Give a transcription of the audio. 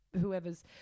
whoever's